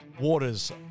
waters